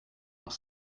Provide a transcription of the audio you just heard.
nach